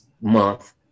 month